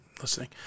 listening